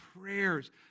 prayers